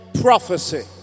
prophecy